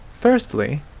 Firstly